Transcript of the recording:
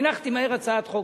הנחתי מהר הצעת חוק,